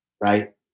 right